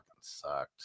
sucked